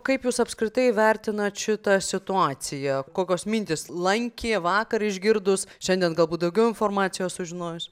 kaip jūs apskritai vertinat šitą situaciją kokios mintys lankė vakar išgirdus šiandien galbūt daugiau informacijos sužinojus